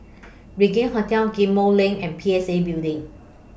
Regin Hotel Ghim Moh LINK and P S A Building